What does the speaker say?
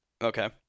Okay